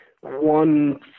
one –